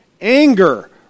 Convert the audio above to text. Anger